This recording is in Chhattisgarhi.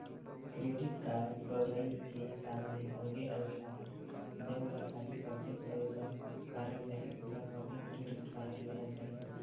क्रेडिट कारड बउरई के हिसाब ले अलगे अलगे आथे, जउन ल खाली सॉपिंग करे बर कारड चाही ओला सॉपिंग क्रेडिट कारड लेना चाही